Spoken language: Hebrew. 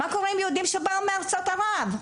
מה קורה עם יהודים שבאו מארצות ערב?